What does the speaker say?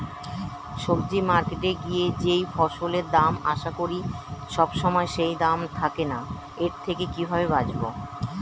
সবজি মার্কেটে গিয়ে যেই ফসলের দাম আশা করি সবসময় সেই দাম থাকে না এর থেকে কিভাবে বাঁচাবো?